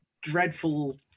dreadful